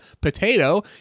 potato